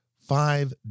five